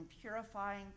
purifying